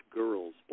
girls